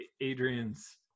Adrian's